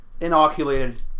inoculated